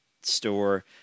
store